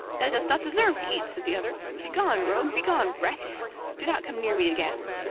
thou dost not deserve to eat, said the other. begone, rogue begone, wretch do not come near me again.